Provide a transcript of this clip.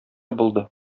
булды